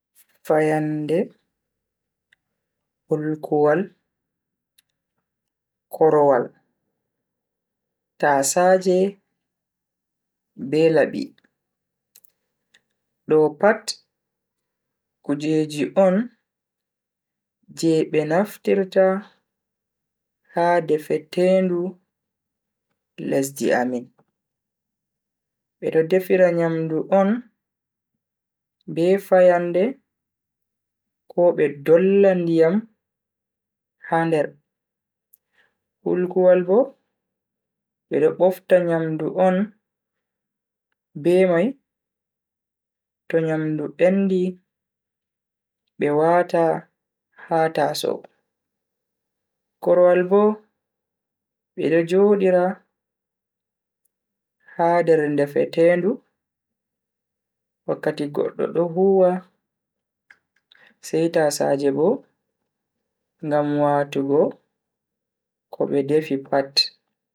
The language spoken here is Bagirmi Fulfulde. Fayande, hulkuwal, korowal, tasaaje be labi. Do pat kujeji on je be naftirta ha defetendu lesdi amin. Bedo defira nyamdu on be fayande ko be dolla ndiyam ha nder, hulkuwal bo bedo bofta nyamdu on be mai to nyamdu bendi be waata ha tasow, korowal bo bedo joodira ha nder defetendu wakkati goddo do huwa sai tasaaje bo ngam watugo ko be defi pat.